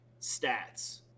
stats